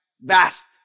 vast